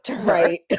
right